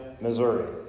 Missouri